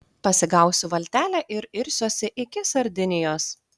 pasigausiu valtelę ir irsiuosi iki sardinijos